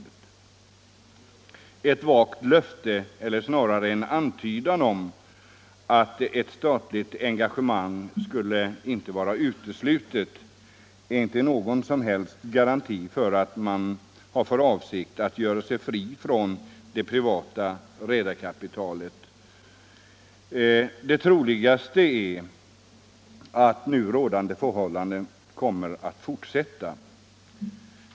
Ett vagt löfte — eller snarare en antydan — om att ett statligt engagemang inte skulle vara uteslutet är inte någon som helst garanti för att man har för avsikt att göra sig fri från det privata redarkapitalet. Det troligaste är att nu rådande förhållanden kommer att fortsätta.